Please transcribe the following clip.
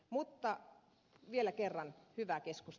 mutta vielä kerran hyvä keskus